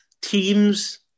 team's